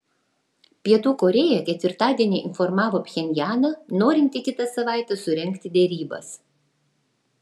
pietų korėja ketvirtadienį informavo pchenjaną norinti kitą savaitę surengti derybas